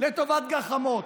לטובת גחמות,